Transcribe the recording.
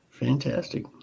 Fantastic